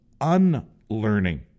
Unlearning